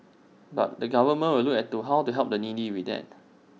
but the government will look at to how to help the needy with that